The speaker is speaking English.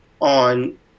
on